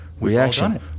reaction